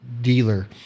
dealer